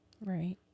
Right